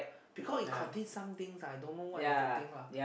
because it contain some things lah I don't know what is thing lah